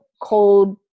cold